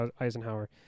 Eisenhower